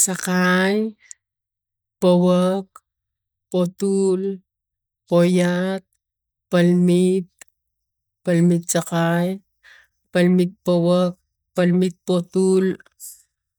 Sakai powak potul poiat palme tpalmet powak palmet potul